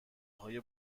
های